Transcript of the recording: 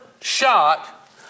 shot